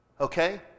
Okay